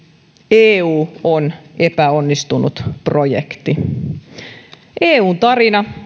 eu on epäonnistunut projekti eun tarina